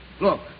Look